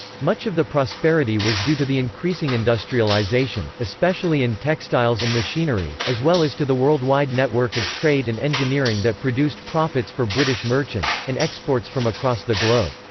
much of the prosperity was due to the increasing industrialisation, especially in textiles and machinery, as well as to the worldwide network of trade and engineering that produced profits for british merchants, and exports from across the globe.